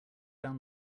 down